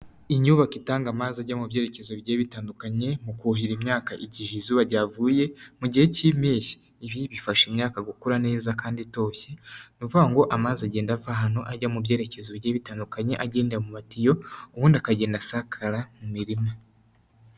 Inyubako itanga amazi ajya mu byerekezo bigiye bitandukanye. Mu kuhira imyaka igihe izuba ryavuye, mu gihe k'impeshyi. Ibi bifasha imyaka gukura neza kandi itoshye. Ni ukuvuga ngo amazi agenda ava ahantu ajya mu byerekezo bigiye bitandukanye agendera mu matiyo, ubundi akagenda asakara mu mirima.